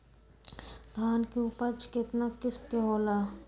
धान के उपज केतना किस्म के होला?